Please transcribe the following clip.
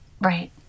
right